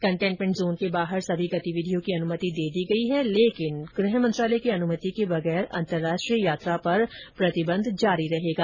containment zone के बाहर सभी गतिविधियों की अनुमति दे दी गई है लेकिन गृह मंत्रालय की अनुमति के बगैर अंतरराष्ट्रीय यात्रा पर प्रतिबंध जारी रहेगा